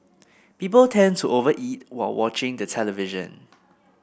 people tend to over eat while watching the television